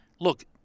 look